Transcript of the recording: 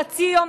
חצי יום,